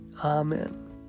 Amen